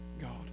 God